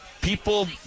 People